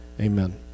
Amen